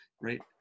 right